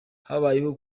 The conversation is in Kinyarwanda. habayeho